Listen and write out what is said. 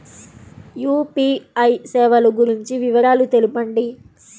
UPI సేవలు గురించి వివరాలు తెలుపండి?